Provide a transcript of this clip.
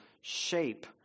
shape